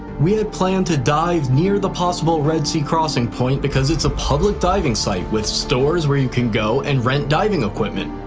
we had planned to dive near the possible red sea crossing point because it's a public diving site with stores where you can go and rent diving equipment,